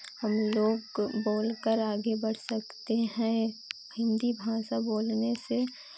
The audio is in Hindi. हम लोग को बोलकर आगे बढ़ सकते हैं हिन्दी भाषा बोलने से